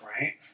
right